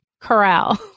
corral